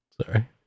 Sorry